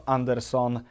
Anderson